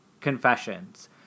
confessions